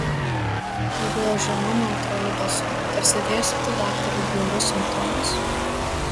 kalbėjo žemu neutraliu balsu tarsi dėstytų daktarui bjaurius simptomus